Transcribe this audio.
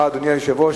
אדוני היושב-ראש,